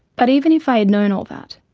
but even if i had known all that,